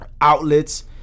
outlets